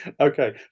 okay